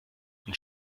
und